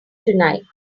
tonight